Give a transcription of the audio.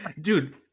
Dude